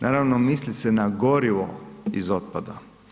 Naravno misli se na gorivo iz otpada.